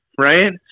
right